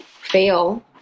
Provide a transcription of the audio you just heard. fail